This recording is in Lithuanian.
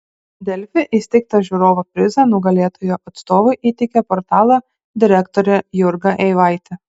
delfi įsteigtą žiūrovo prizą nugalėtojo atstovui įteikė portalo direktorė jurga eivaitė